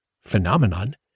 phenomenon